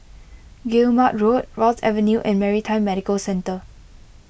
Guillemard Road Ross Avenue and Maritime Medical Centre